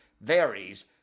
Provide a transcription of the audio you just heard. varies